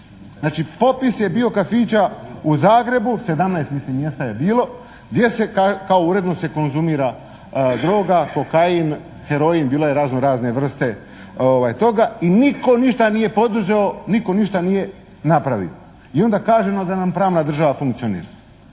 Znači popis je bio kafića u Zagrebu, 17 mislim mjesta je bilo gdje se kao uredno se konzumira droga, kokain, heroin, bilo je raznorazne vrste toga i nitko ništa nije poduzeo, nitko ništa nije napravio i onda kažemo da nam pravna država funkcionira.